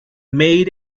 made